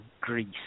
Greece